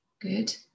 good